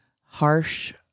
harsh